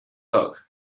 dog